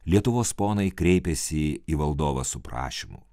lietuvos ponai kreipėsi į valdovą su prašymu